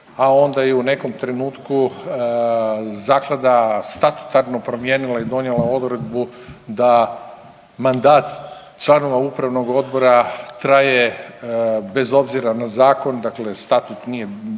a onda je u nekom trenutku zaklada statutarno promijenila i donijela odredbu da mandat članova upravnog odbora traje bez obzira na zakon, dakle statut nije